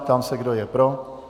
Ptám se, kdo je pro.